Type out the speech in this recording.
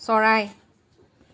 চৰাই